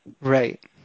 Right